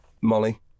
Molly